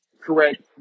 correct